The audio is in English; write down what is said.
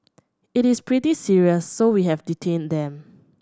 it is pretty serious so we have detained them